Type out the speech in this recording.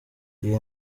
iyi